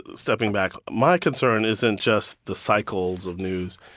stepping back, my concern isn't just the cycles of news.